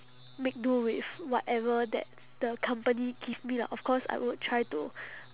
make do with whatever that the company give me lah of course I would try to